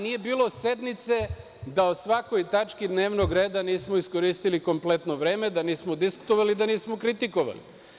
Nije bilo sednice da o svakoj tački dnevnog reda nismo iskoristili kompletno vreme, da nismo diskutovali, da nismo kritikovali.